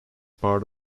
part